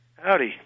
Howdy